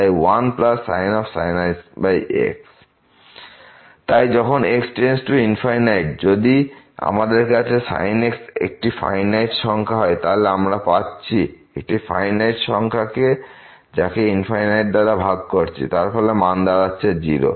তাই 1sin x x তাই যখন x→∞ এবং যদি আমাদের কাছে sin x একটি ফাইনাইট সংখ্যা হয় তাহলে আমরা পাচ্ছি একটি ফাইনাইট সংখ্যা যাকে দাঁড়া ভাগ করছি ফলে তার মান দাঁড়াচ্ছে 0